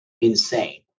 insane